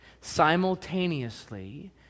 Simultaneously